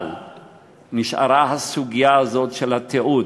אבל נשארה הסוגיה של התיעוד,